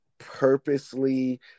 purposely